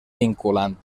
vinculant